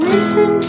Listen